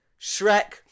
shrek